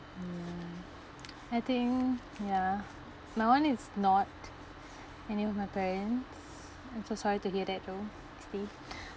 ya I think ya my one is not any of my parents I'm so sorry to hear that though isti